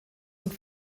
und